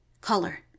COLOR